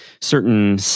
certain